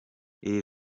iri